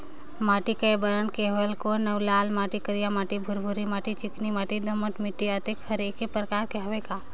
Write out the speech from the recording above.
माटी कये बरन के होयल कौन अउ लाल माटी, करिया माटी, भुरभुरी माटी, चिकनी माटी, दोमट माटी, अतेक हर एकर प्रकार हवे का?